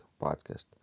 podcast